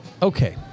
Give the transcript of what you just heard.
Okay